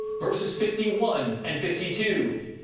verses fifty one and fifty two,